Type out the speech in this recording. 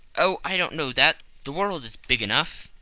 oh, i don't know that. the world is big enough.